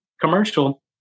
commercial